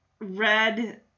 red